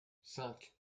cinq